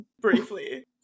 briefly